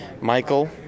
Michael